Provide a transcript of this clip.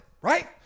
Right